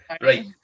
Right